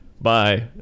bye